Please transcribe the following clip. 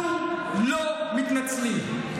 אנחנו לא מתנצלים.